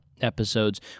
episodes